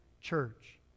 Church